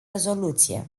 rezoluție